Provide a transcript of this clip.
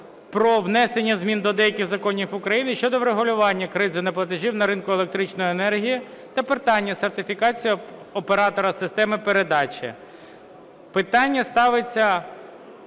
про внесення змін до деяких законів України (щодо врегулювання кризи неплатежів на ринку електричної енергії та питання сертифікації оператора системи передачі). Питання ставиться